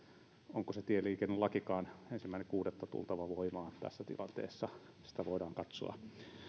onko se tieliikennelakikaan ensimmäinen kuudetta tultava voimaan tässä tilanteessa sitä voidaan katsoa